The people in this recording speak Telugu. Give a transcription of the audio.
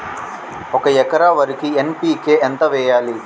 ఒక ఎకర వరికి ఎన్.పి.కే ఎంత వేయాలి?